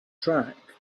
track